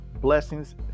blessings